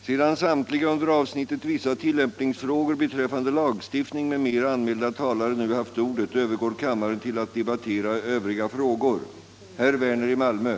Sedan alla under avsnittet Granskningsarbetets omfattning och inriktning, m.m. anmälda talare nu haft ordet övergår kammaren till att debattera Datafrågan.